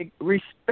respect